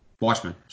Watchmen